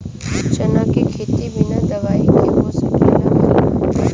चना के खेती बिना दवाई के हो सकेला की नाही?